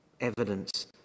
evidence